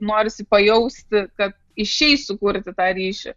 norisi pajausti kad išeis sukurti tą ryšį